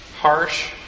harsh